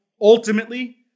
Ultimately